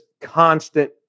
constant